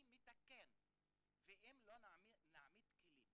ואם לא נעמיד כלים